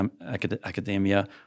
academia